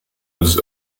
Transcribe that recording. was